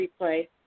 replay